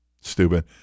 Stupid